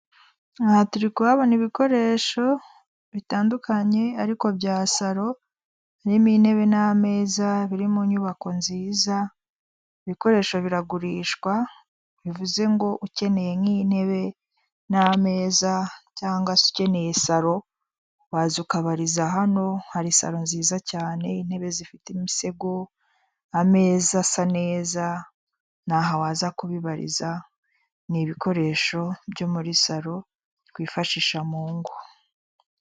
Aha turi kuhabona ibikoresho bitandukanye ariko bya salo irimo intebe n'ameza biri mu nyubako nziza; ibikoresho biragurishwa bivuze ngo ukeneye nk'intebe n'ameza cyangwa se ukeneye salo waza ukabariza hano, hari salo nziza cyane intebe zifite imisego, ameza asa neza. Ni aha waza kubibariza ni ibikoresho byo muri salo twifashisha mu ngo.